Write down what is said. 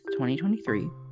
2023